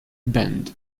bend